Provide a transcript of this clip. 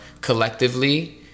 collectively